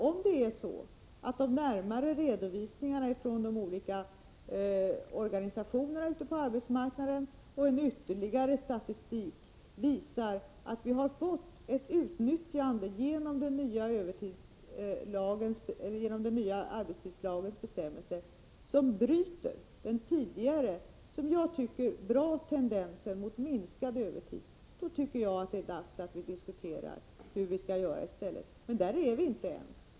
Om de närmare redovisningarna från de olika organisationerna ute på arbetsmarknaden och en ytterligare statistik visar att vi genom den nya arbetstidslagens bestämmelser fått ett utnyttjande som bryter den tidigare tendensen —som jag tycker är bra — till minskad övertid, då anser jag att det är dags att vi diskuterar hur vi skall göra i stället. Men där är vi inte än.